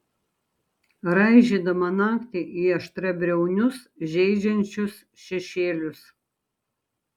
raižydama naktį į aštriabriaunius žeidžiančius šešėlius